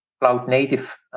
cloud-native